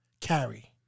carry